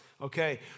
Okay